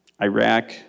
Iraq